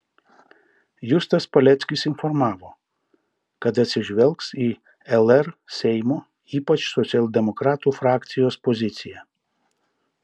justas paleckis informavo kad atsižvelgs į lr seimo ypač socialdemokratų frakcijos poziciją